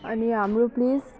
अनि हाम्रो प्लेस